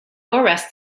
arrests